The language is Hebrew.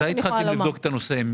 מתי התחלתם לבדוק את הנושא?